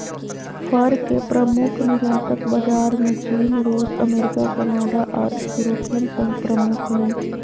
फर के प्रमुख निर्यातक बाजार में चीन, रूस, अमेरिका, कनाडा आर यूरोपियन संघ प्रमुख हई